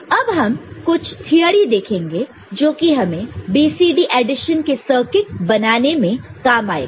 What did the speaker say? अब हम कुछ थीअरि देखेंगे जो कि हमें BCD एडिशन के सर्किट बनाने में काम आएगा